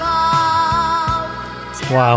Wow